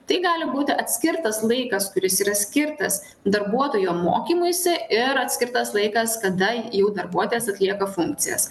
tai gali būti atskirtas laikas kuris yra skirtas darbuotojo mokymuisi ir atskirtas laikas kada jau darbuotojas atlieka funkcijas